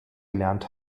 gelernt